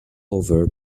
over